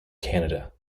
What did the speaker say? canada